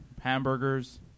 hamburgers